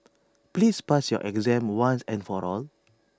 please pass your exam once and for all